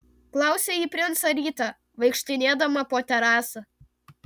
klausė ji princą rytą vaikštinėdama po terasą